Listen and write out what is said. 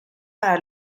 para